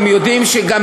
מה אתה מבלבל את המוח?